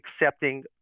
accepting